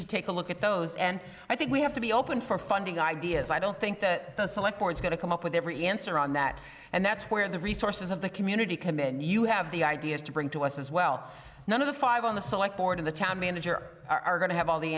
to take a look at those and i think we have to be open for funding ideas i don't think that the select board's going to come up with every answer on that and that's where the resources of the community commend you have the ideas to bring to us as well none of the five on the select board in the town manager are going to have all the